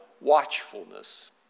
watchfulness